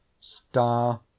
star